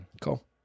Cool